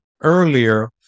earlier